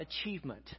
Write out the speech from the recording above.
achievement